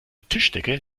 tischdecke